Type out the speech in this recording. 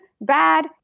bad